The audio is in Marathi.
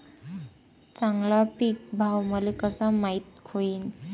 चांगला पीक भाव मले कसा माइत होईन?